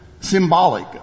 symbolic